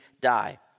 die